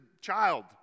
child